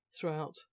throughout